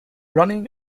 running